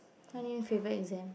what you mean favourite exam